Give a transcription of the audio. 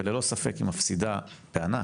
היא ללא ספק מפסידה בענק,